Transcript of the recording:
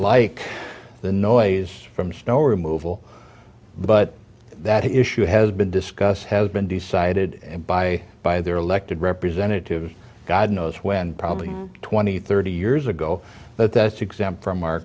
like the noise from snow removal but that issue has been discussed has been decided by by their elected representatives god knows when probably twenty thirty years ago but that's exempt from our